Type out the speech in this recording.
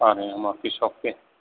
آ رہے ہیں ہم آپ کی شاپ پہ